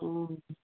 ఓ